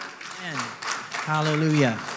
Hallelujah